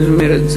זאת אומרת,